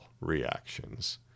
reactions